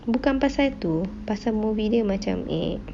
bukan pasal tu pasal movie dia macam eh